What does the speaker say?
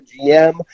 GM